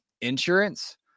insurance